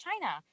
China